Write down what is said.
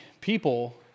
people